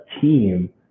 team